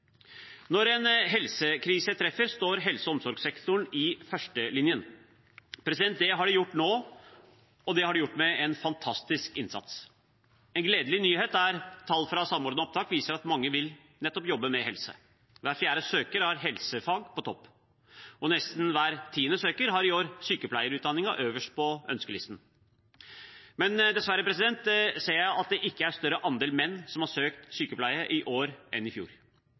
Når en helsekrise treffer, står helse- og omsorgssektoren i førstelinjen. Det har de gjort nå, og det har de gjort med en fantastisk innsats. En gledelig nyhet er et tall fra Samordna opptak som viser at mange vil jobbe med nettopp helse. Hver fjerde søker har helsefag på topp, og nesten hver tiende søker har i år sykepleierutdanningen øverst på ønskelisten. Dessverre ser jeg at det ikke er en større andel menn som har søkt sykepleie i år enn i fjor,